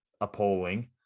appalling